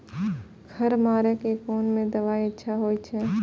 खर मारे के कोन से दवाई अच्छा होय छे?